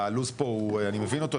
הלו"ז פה אני מבין אותו,